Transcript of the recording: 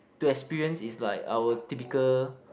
to experience is like our typical